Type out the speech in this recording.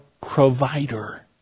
provider